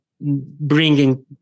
bringing